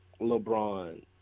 LeBron